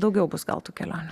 daugiau bus gal tų kelionių